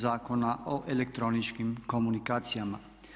Zakona o elektroničkim komunikacijama.